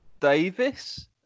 Davis